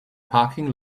parking